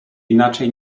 inaczej